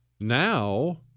Now